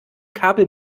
kabel